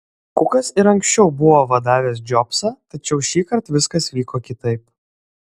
kukas ir anksčiau buvo vadavęs džobsą tačiau šįkart viskas vyko kitaip